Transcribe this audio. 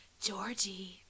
Georgie